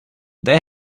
they